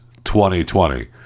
2020